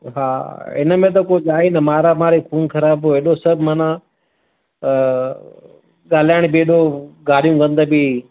हा इनमें त कुझु आहे ई न मारा मारी खून खराबो एॾो सभु माना ॻाल्हाइण बि एॾो गारियूं गंद बि